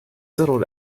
settled